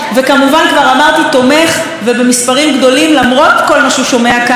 למרות כל מה שהוא שומע כאן, בשלום ובהסדר מדיני.